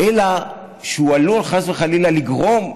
אלא הוא עלול, חס וחלילה, לגרום,